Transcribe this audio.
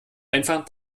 einfachen